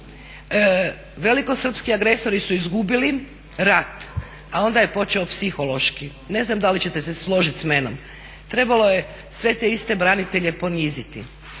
velikosrpski agresori su izgubili rat a onda je počeo psihološki. Ne znam da li ćete se složiti s menom. Trebalo je sve te iste branitelje poniziti.